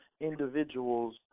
individuals